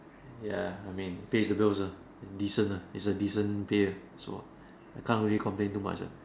ya I mean pays the bills ah I'm decent ah it's a decent pay ah so I can't really complain too much ah